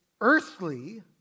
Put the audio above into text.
earthly